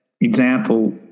example